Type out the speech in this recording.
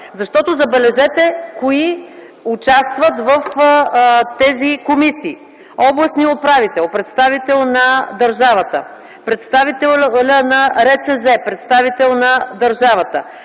власт? Забележете, кои участват в тези комисии! Областният управител – представител на държавата; представителят на РЦЗ – представител на държавата;